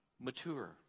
mature